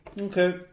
Okay